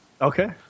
Okay